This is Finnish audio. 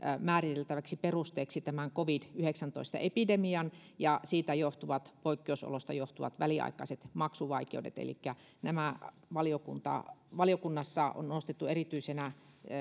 perusteeksi tästä covid yhdeksäntoista epidemiasta ja siitä johtuvista poikkeusoloista johtuvat väliaikaiset maksuvaikeudet elikkä nämä valiokunnassa on nostettu erityisenä